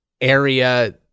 area